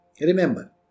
Remember